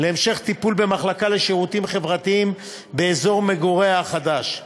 להמשך טיפול במחלקה לשירותים חברתיים באזור מגוריה החדש,